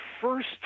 first